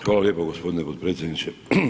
Hvala lijepo gospodine potpredsjedniče.